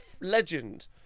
legend